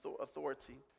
authority